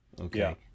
Okay